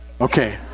Okay